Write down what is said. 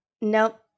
Nope